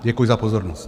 Děkuji za pozornost.